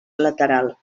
lateral